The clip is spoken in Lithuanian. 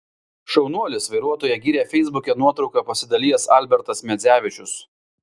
šaunuolis vairuotoją gyrė feisbuke nuotrauka pasidalijęs albertas medzevičius